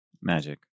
magic